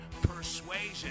persuasion